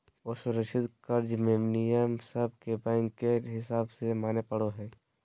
असुरक्षित कर्ज मे नियम सब के बैंक के हिसाब से माने पड़ो हय